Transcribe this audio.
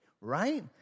right